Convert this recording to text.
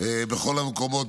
בכל המקומות,